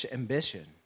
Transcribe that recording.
ambition